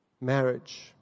marriage